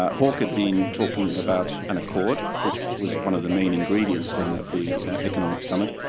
ah hawke had been talking about an accord, which was one of the main ingredients then of the economic summit.